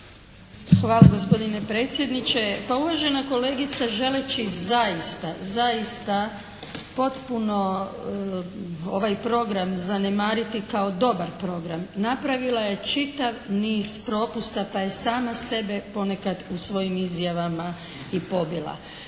Hvala gospodine predsjedniče. Pa uvažena kolegica želeći zaista, zaista potpuno ovaj program zanemariti kao dobar program napravila je čitav niz propusta pa je sama sebe ponekad u svojim izjavama i pobila.